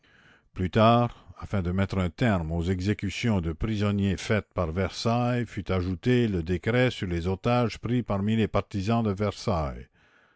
plus tard afin de mettre un terme aux exécutions de prisonniers faites par versailles fut ajouté le décret sur les otages pris parmi les partisans de versailles